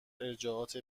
ارجاعات